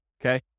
okay